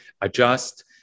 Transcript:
adjust